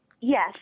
Yes